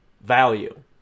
value